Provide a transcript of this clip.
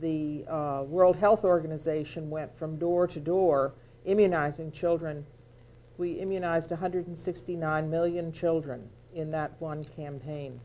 the world health organization went from door to door immunizing children we immunized one hundred sixty nine million children in that one campaign